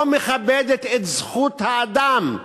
לא מכבדת את זכות האדם.